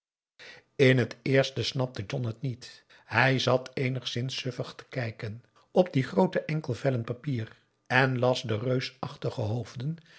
in het eerst snapte john het niet hij zat eenigszins sufferig te kijken op die groote enkel vellen papier en las de reusachtige hoofden